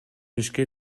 ишке